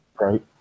Right